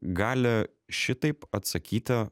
gali šitaip atsakyti